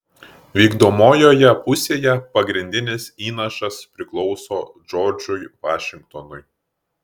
vykdomojoje pusėje pagrindinis įnašas priklauso džordžui vašingtonui